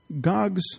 Gog's